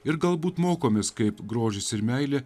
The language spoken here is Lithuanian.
ir galbūt mokomės kaip grožis ir meilė